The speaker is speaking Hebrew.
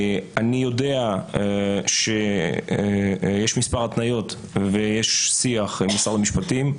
אני יודע שיש כמה התניות ויש שיח עם משרד המשפטים.